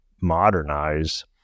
modernize